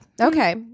Okay